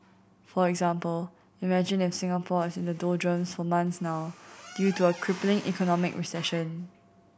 for example imagine if Singapore is in the doldrums for months now due to a crippling economic recession